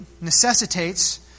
necessitates